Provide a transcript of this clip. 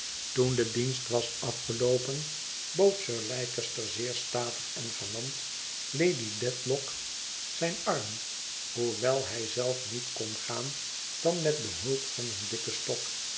toen de dienst was afgeloopen bood sir leicester zeer statig en galant lady dedlock zijn arm hoewel hij zelf niet kon gaan dan met behulp van een dikken stok